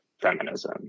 feminism